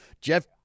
Jeff